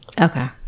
Okay